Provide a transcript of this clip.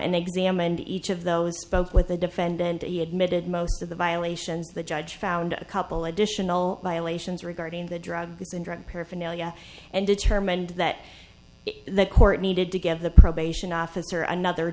they examined each of those spoke with the defendant and he admitted most of the violations the judge found a couple additional violations regarding the drugs and drug paraphernalia and determined that the court needed to give the probation officer another